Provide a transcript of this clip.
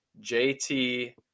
JT